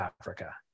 Africa